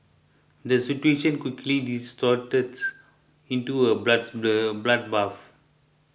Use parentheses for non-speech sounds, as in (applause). the situation quickly (unintelligible) into a breads blue bloodbath